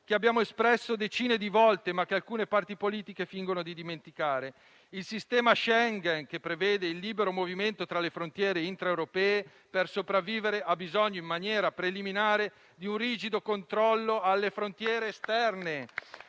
che abbiamo espresso decine di volte, ma che alcune parti politiche fingono di dimenticare: il sistema Schengen, che prevede il libero movimento tra le frontiere intraeuropee, per sopravvivere ha bisogno in maniera preliminare di un rigido controllo alle frontiere esterne.